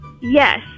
Yes